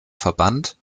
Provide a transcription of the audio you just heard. verband